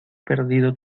perdido